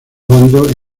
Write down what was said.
bandos